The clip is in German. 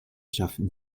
schafften